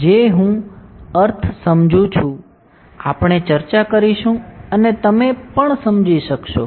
જે હું અર્થ સમજુ છું આપણે ચર્ચા કરીશું અને તમે સમજી શકશો